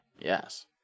Yes